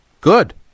good